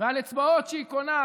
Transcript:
ועל אצבעות שהיא קונה,